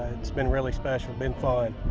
it's been really special. been fun.